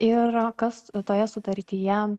ir kas toje sutartyje